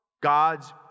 God's